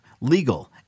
legal